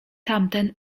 tamten